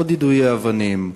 עוד יידויי אבנים,